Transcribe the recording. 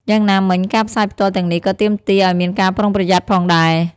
យ៉ាងណាមិញ ការផ្សាយផ្ទាល់ទាំងនេះក៏ទាមទារឱ្យមានការប្រុងប្រយ័ត្នផងដែរ។